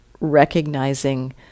recognizing